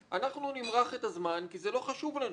אנחנו נמרח את הזמן כי זה לא חשוב לנו.